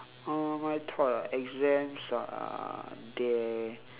uh my thought ah exams are there